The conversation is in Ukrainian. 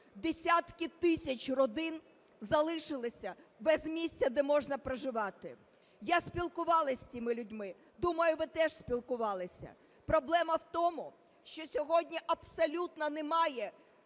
десятки тисяч родин залишилися без місця, де можна проживати. Я спілкувалися з цими людьми, думаю, ви теж спілкувалися. Проблема в тому, що сьогодні абсолютно немає